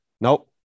nope